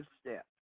step